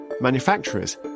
Manufacturers